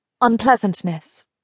unpleasantness